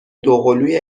دوقلوی